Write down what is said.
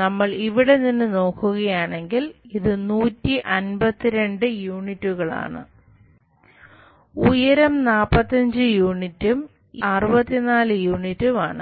നമ്മൾ ഇവിടെ നിന്ന് നോക്കുകയാണെങ്കിൽ ഇത് 152 യൂണിറ്റുകളാണ് ഉയരം 45 യൂണിറ്റും ഈ വീതി 64 യൂണിറ്റും ആണ്